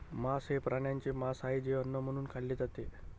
मांस हे प्राण्यांचे मांस आहे जे अन्न म्हणून खाल्ले जाते